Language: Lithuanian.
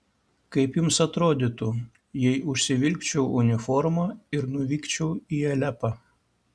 kaip jums atrodytų jei užsivilkčiau uniformą ir nuvykčiau į alepą